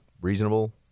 reasonable